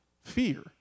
Fear